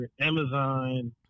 Amazon